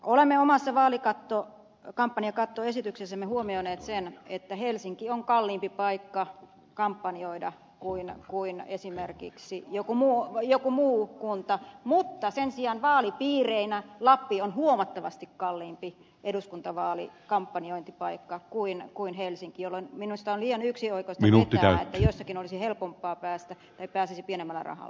olemme omassa vaalikampanjakattoesityksessämme huomioineet sen että helsinki on kalliimpi paikka kampanjoida kuin esimerkiksi joku muu kunta mutta sen sijaan vaalipiirinä lappi on huomattavasti kalliimpi eduskuntavaalikampanjointipaikka kuin helsinki jolloin minusta on liian yksioikoista vetää se johtopäätös että jossakin pääsisi pienemmällä rahalla